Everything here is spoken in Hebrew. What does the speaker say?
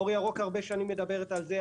"אור ירוק" הרבה שנים מדברת על זה,